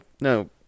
No